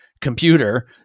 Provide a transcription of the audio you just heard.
computer